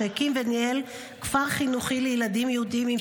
שהקים וניהל כפר חינוכי לילדים יהודים עם